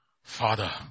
Father